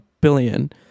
billion